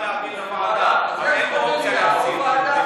השרה מסכימה להעביר לוועדה, אז אין אופציה להחזיר.